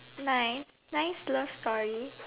nice nice love story